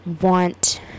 want